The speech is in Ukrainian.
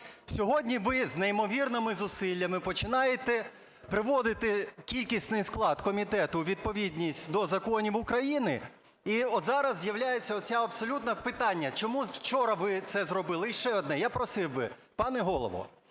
Сьогодні ви з неймовірними зусиллями починаєте приводити кількісний склад комітету у відповідність до законів України, і от зараз з'являється оце абсолютно питання: чому вчора ви це зробили? І ще одне. Я просив би, пане Голово,